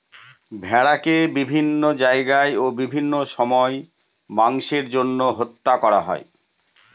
ভেড়াকে বিভিন্ন জায়গায় ও বিভিন্ন সময় মাংসের জন্য হত্যা করা হয়